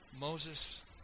Moses